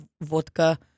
vodka